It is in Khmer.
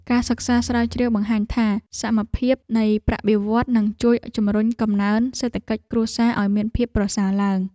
ការសិក្សាស្រាវជ្រាវបង្ហាញថា សមភាពនៃប្រាក់បៀវត្សរ៍នឹងជួយជម្រុញកំណើនសេដ្ឋកិច្ចគ្រួសារឱ្យមានភាពប្រសើរឡើង។